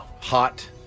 Hot